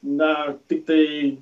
na tiktai